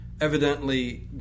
Evidently